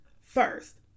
First